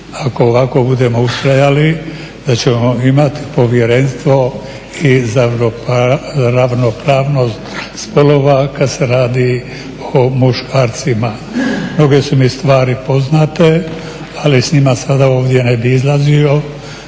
ako ovako budemo ustrajali, da ćemo imati Povjerenstvo i za ravnopravnost spolova kad se radi o muškarcima. Mnoge su mi stvari poznate ali s njima sada ovdje ne bih izlazio,